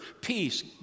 peace